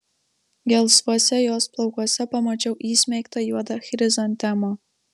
gelsvuose jos plaukuose pamačiau įsmeigtą juodą chrizantemą